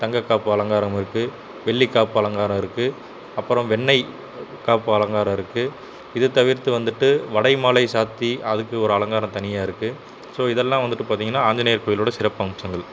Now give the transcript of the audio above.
தங்க காப்பு அலங்காரம் இருக்குது வெள்ளி காப்பு அலங்காரம் இருக்குது அப்புறம் வெண்ணெய் காப்பு அலங்காரம் இருக்குது இதை தவிர்த்து வந்துவிட்டு வடை மாலை சாற்றி அதுக்கு ஒரு அலங்காரம் தனியாக இருக்குது ஸோ இதெல்லாம் வந்துவிட்டு பார்த்திங்கன்னா ஆஞ்சநேயர் கோவிலோடய சிறப்பம்சங்கள்